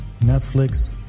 Netflix